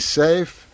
safe